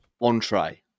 entree